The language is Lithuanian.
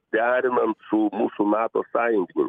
derinant su mūsų nato sąjunginėm